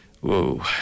whoa